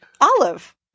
Olive